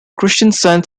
kristiansand